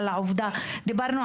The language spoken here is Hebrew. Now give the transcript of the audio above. קדימה.